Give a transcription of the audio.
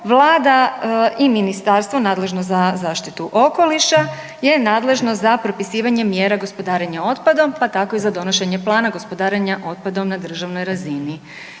Vlada i ministarstvo nadležno za zaštitu okoliša je nadležno za propisivanje mjera gospodarenja otpadom pa tako i za donošenje plana gospodarenja otpadom na državnoj razini.